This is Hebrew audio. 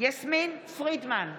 יסמין פרידמן,